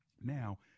Now